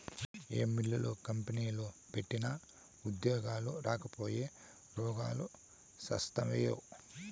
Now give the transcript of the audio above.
ఏ మిల్లులు, కంపెనీలు పెట్టినా ఉద్యోగాలు రాకపాయె, రోగాలు శాస్తాయే